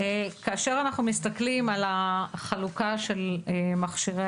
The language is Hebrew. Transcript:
כאשר אנחנו מסתכלים על החלוקה של מכשירי